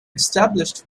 established